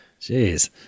Jeez